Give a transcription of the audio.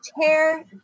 tear